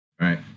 Right